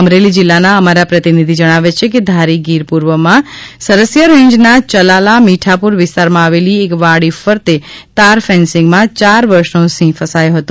અમરેલી જિલ્લાના અમારા પ્રતિનિધિ જણાવે છે કે ધારી ગીર પૂર્વમાં સરસીયા રેન્જના ચલાલા મીઠાપુર વિસ્તારમાં આવેલી એક વાડી ફરતે તાર ફેન્સિંગમાં ચાર વર્ષનો સિંહ ફસાથો હતો